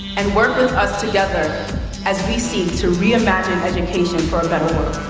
and work with us together as we seek to reimagine education for a better world.